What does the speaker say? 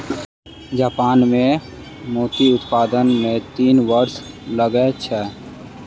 Japan मे मोती उत्पादन मे तीन वर्ष लगै छै